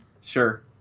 Sure